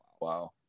Wow